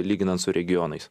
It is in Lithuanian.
lyginant su regionais